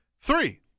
Three